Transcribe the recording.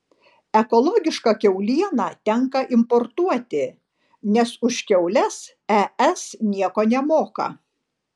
ekologišką kiaulieną tenka importuoti nes už kiaules es nieko nemoka